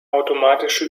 automatische